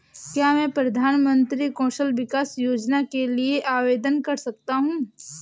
क्या मैं प्रधानमंत्री कौशल विकास योजना के लिए आवेदन कर सकता हूँ?